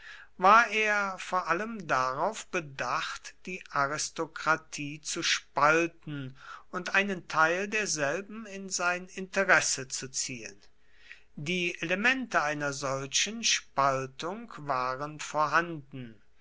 war er vor allem darauf bedacht die aristokratie zu spalten und einen teil derselben in sein interesse zu ziehen die elemente einer solchen spaltung waren vorhanden